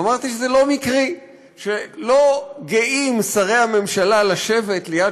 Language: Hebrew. ואמרתי שזה לא מקרי שלא גאים שרי הממשלה לשבת ליד